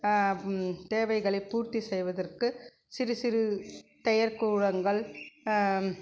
தேவைகளை பூர்த்தி செய்வதற்கு சிறு சிறு செயற்கூடங்கள்